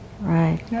Right